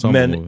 Men